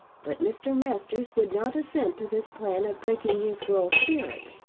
but mr. masters would not assent to this plan of breaking his girl's spirit,